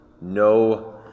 no